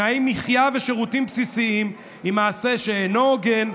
תנאי מחיה ושירותים בסיסיים היא מעשה שאינו הוגן,